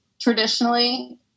traditionally